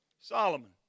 Solomon